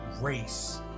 race